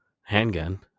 handgun